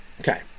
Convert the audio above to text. Okay